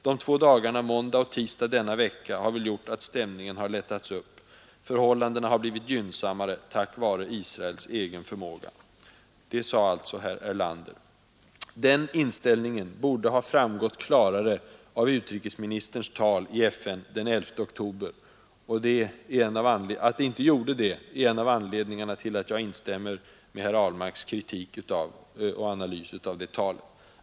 ——— De två dagarna måndag och tisdag denna vecka har väl gjort att stämningen har lättats upp. Förhållandena har blivit gynnsammare tack vare Israels egen förmåga ———.” Den inställningen borde ha framgått klarare av utrikesministerns tal i FN den 11 oktober. Att den inte gjorde det, är en av anledningarna till att jag instämmer i herr Ahlmarks analys och kritik av det talet.